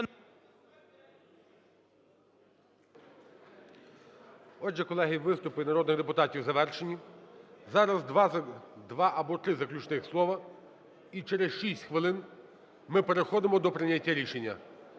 Отже, колеги, виступи народних депутатів завершені. Зараз 2 або 3 заключних слова і через 6 хвилин ми переходимо до прийняття рішення.